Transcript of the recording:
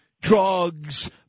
drugs